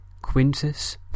Quintus